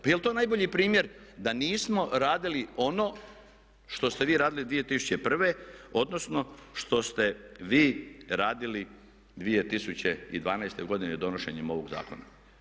Pa jel' to najbolji primjer da nismo radili ono što ste vi radili 2001., odnosno što ste vi radili 2012. godine donošenjem ovog zakona.